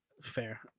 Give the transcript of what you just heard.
Fair